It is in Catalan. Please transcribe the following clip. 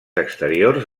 exteriors